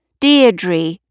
Deirdre